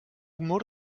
mur